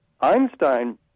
Einstein